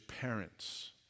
parents